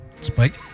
Spike